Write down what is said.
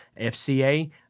FCA